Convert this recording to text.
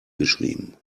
geschrieben